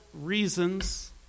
reasons